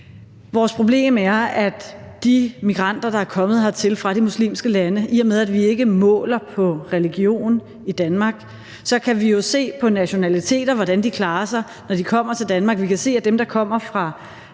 Vores problem er med de migranter, der er kommet hertil fra de muslimske lande. Vi måler ikke på religion i Danmark, men vi kan jo se på nationaliteter, og hvordan de klarer sig, når de kommer til Danmark. Vi kan jo se, at dem, der kommer fra